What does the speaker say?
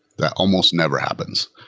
that almost never happens.